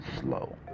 slow